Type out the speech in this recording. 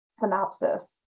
synopsis